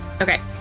Okay